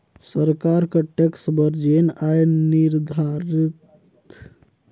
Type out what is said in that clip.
सरकार कर टेक्स बर जेन आय निरधारति करे रहिथे तेखर ले उप्पर कमई हो जाथे तेन म टेक्स लागथे